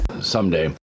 Someday